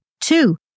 Two